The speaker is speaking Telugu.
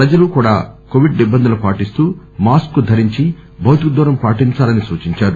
ప్రజలు కూడా కోవిడ్ నిబంధనలను పాటిస్తూ మాస్కు ధరించి భౌతిక దూరం పాటిందాలని సూచిందారు